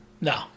no